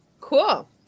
Cool